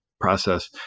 process